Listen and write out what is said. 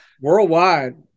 Worldwide